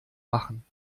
machen